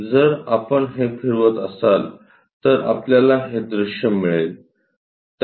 जर आपण हे फिरवत असाल तर आपल्याला हे दृश्य मिळेल